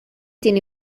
tieni